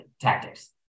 Tactics